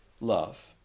love